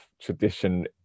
tradition